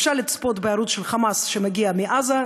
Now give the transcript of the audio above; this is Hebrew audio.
אפשר לצפות בערוץ של "חמאס" שמגיע מעזה,